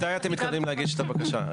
מתי אתם מתכוונים להגיש את הבקשה?